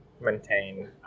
Maintain